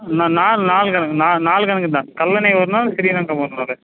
நாள் நாள் கணக்கு நாள் கணக்கு தான் கல்லணை ஒரு நாள் ஸ்ரீரங்கம் ஒரு நாள்